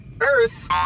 Earth